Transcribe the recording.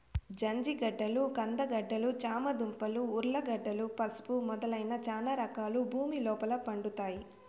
జంజిగడ్డలు, కంద గడ్డలు, చామ దుంపలు, ఉర్లగడ్డలు, పసుపు మొదలైన చానా రకాలు భూమి లోపల పండుతాయి